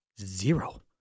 Zero